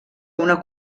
una